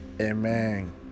Amen